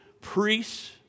priests